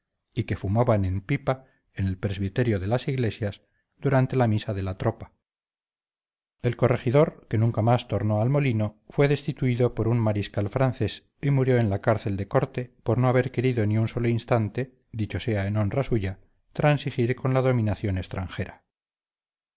y que fumaban en pipa en el presbiterio de las iglesias durante la misa de la tropa el corregidor que nunca más tornó al molino fue destituido por un mariscal francés y murió en la cárcel de corte por no haber querido ni un solo instante dicho sea en honra suya transigir con la dominación extranjera